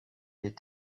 des